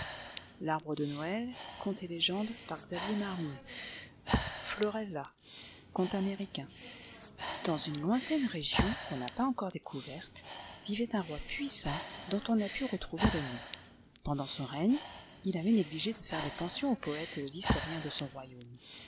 florella conte américain dans une lointaine région qu'on n'a pas encore découverte vivait un roi puissant dont on n'a pu retrouver le nom pendant son règne il avait négligé de faire des pensions aux poètes et aux historiens de son royaume